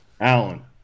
Allen